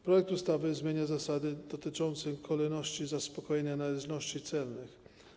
Projektowaną ustawą zmienia się zasady dotyczące kolejności zaspokojenia należności celnych.